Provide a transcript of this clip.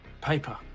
paper